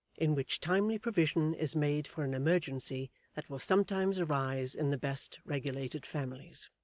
in which timely provision is made for an emergency that will sometimes arise in the best-regulated families.